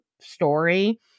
story